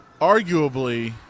arguably